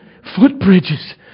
footbridges